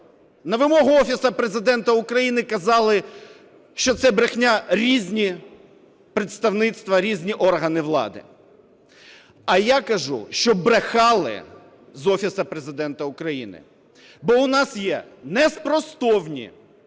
на вимогу Офісу Президента України казали, що це брехня, різні представництва, різні органи влади. А я кажу, що брехали з Офісу Президента України, бо у нас є неспростовні